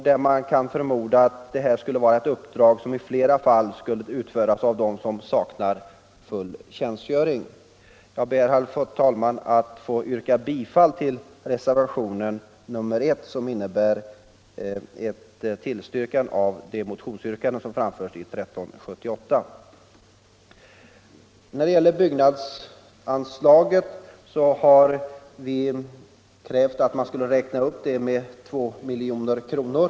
Man kan ju förmoda att den här sortens uppdrag i flera fall skulle kunna utföras av dem som saknar full tjänstgöring. Jag ber, herr talman, att få yrka bifall till reservationen 1, som innebär en tillstyrkan av det yrkande som framförs i motionen 1378. Vi har från folkpartihåll krävt att man skulle räkna upp byggnadsanslagen med 2 milj.kr.